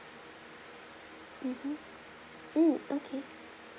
mmhmm mm okay